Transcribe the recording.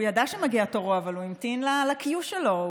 הוא ידע שמגיע תורו, אבל הוא המתין ל-queue שלו.